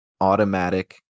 automatic